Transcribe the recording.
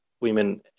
women